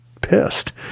pissed